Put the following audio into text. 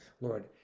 Lord